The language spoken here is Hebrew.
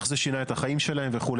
איך זה שינה את החיים שלהם וכו',